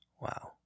Wow